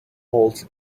holds